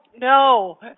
no